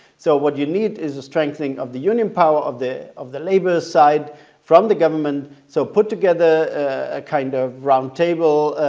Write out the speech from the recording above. so what you need is a strengthening of the union power of the of the labor side from the government. so put together a kind of roundtable